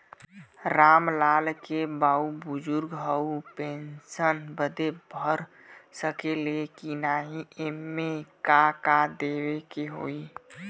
राम लाल के बाऊ बुजुर्ग ह ऊ पेंशन बदे भर सके ले की नाही एमे का का देवे के होई?